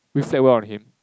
reflect well on him